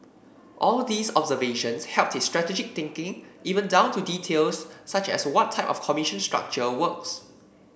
all these observations helped his strategic thinking even down to details such as what type of commission structure works